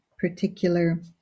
particular